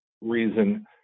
reason